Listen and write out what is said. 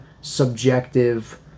subjective